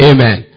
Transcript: Amen